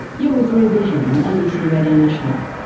you're with rear vision on abc radio national.